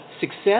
success